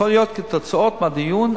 יכול להיות כתוצאה מהדיון,